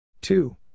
Two